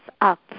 up